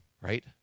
right